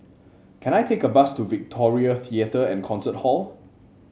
can I take a bus to Victoria Theatre and Concert Hall